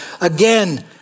Again